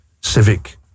civic